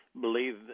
believe